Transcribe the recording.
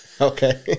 Okay